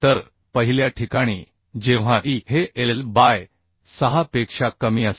तर पहिल्या ठिकाणी जेव्हा e हे l बाय 6 पेक्षा कमी असते